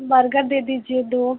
burger दे दीजिए दो